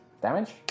Damage